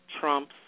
trumps